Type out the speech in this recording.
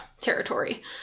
territory